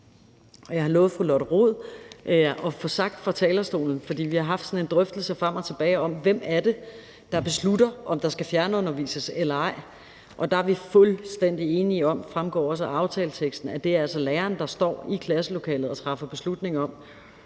Jeg har lovet fru Lotte Rod at få sagt fra talerstolen – for vi har haft sådan en drøftelse frem og tilbage om, hvem det er, der beslutter, om der skal fjernundervises eller ej – at vi er fuldstændig enige om, og det fremgår også af aftaleteksten, at det altså er læreren, der står i klasselokalet, der træffer beslutning om,